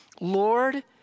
Lord